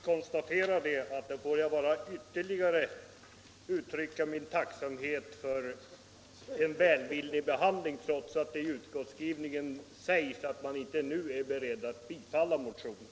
Herr talman! Då får jag bara ytterligare uttrycka min tacksamhet för en välvillig behandling av motionen, trots att det i utskottsskrivningen sägs att utskottet inte nu är berett att tillstyrka motionen.